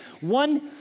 One